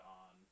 on